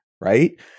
right